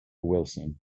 wilson